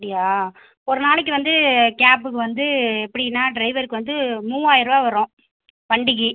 அப்படியா ஒரு நாளைக்கு வந்து கேப்புக்கு வந்து எப்படின்னா டிரைவருக்கு வந்து மூவாயிரம் ரூபாய் வரும் வண்டிக்கு